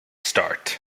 start